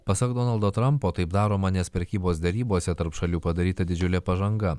pasak donaldo trampo taip daroma nes prekybos derybose tarp šalių padaryta didžiulė pažanga